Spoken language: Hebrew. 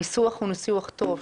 הניסוח הוא ניסוח טוב.